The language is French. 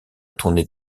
tournée